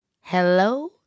Hello